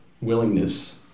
willingness